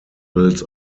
builds